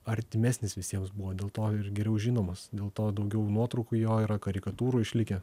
artimesnis visiems buvo dėl to ir geriau žinomas dėl to daugiau nuotraukų jo yra karikatūrų išlikę